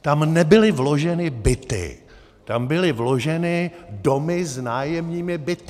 Tam nebyly vloženy byty, tam byly vloženy domy s nájemními byty!